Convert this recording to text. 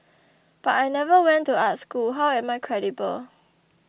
but I never went to art school how am I credible